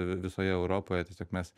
visoje europoje tiesiog mes